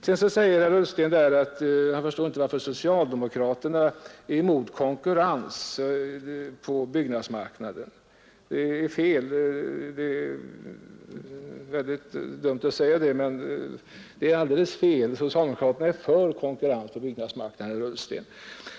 Herr Ullsten säger att han inte förstår varför socialdemokraterna är emot konkurrens på byggmarknaden. Det är alldeles fel; socialdemokraterna är för konkurrens på byggmarknaden, herr Ullsten!